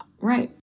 Right